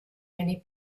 many